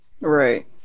right